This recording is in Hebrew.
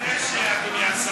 מה אתה מחדש, אדוני השר?